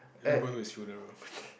ya going his funeral